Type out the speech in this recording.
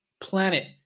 planet